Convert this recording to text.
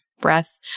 breath